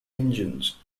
engines